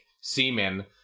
semen